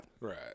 Right